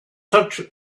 such